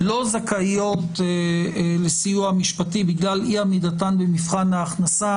לא זכאיות לסיוע משפטי בגלל אי עמידתן במבחן ההכנסה